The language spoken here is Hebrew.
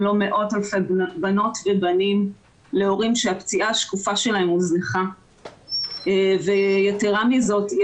לא מאות אלפי בנות ובנים להורים שהפציעה השקופה שלהם הוזנחה ויתרה מזאת,